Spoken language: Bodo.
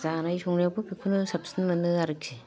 जानाय संनायावबो बिखौनो साबसिन मोनो आरखि